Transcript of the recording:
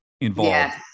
involved